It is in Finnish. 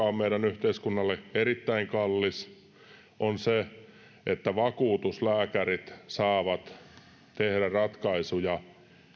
on meidän yhteiskunnalle erittäin kallis on se että vakuutuslääkärit saavat tehdä ratkaisuja